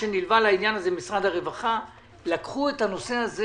משרד הרווחה - לקחו את הנושא הזה